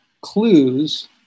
clues